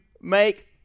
make